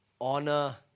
honor